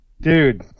Dude